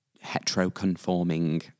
hetero-conforming